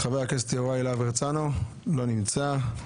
חבר הכנסת יוראי להב הרצנו לא נמצא.